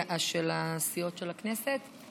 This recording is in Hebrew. הרכב הוועדה המיוחדת לדיון בהצעת חוק